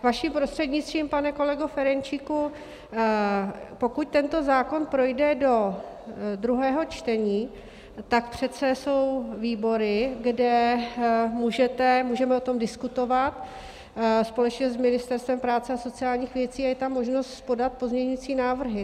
Vaším prostřednictvím pane kolego Ferjenčíku, pokud tento zákon projde do druhého čtení, tak přece jsou výbory, kde můžete, můžeme o tom diskutovat společně s Ministerstvem práce a sociálních věcí, a je tam možnost podat pozměňující návrhy.